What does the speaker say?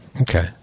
Okay